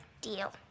Deal